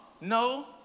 No